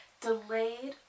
delayed